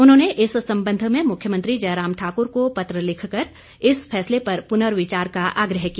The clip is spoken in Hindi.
उन्होंने इस संबंध में मुख्यमंत्री जयराम ठाक्र को पत्र लिखकर इस फैसले पर पुनर्विचार का आग्रह किया